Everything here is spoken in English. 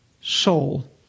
soul